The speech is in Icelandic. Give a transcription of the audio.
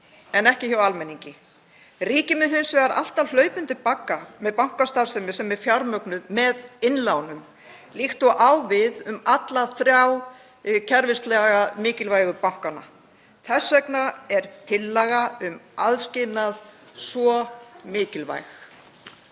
en ekki hjá almenningi. Ríkið mun hins vegar alltaf hlaupa undir bagga með bankastarfsemi sem er fjármögnuð með innlánum líkt og á við um alla þrjá kerfislega mikilvægu bankana. Þess vegna er tillaga um aðskilnað svo mikilvæg.